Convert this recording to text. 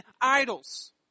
idols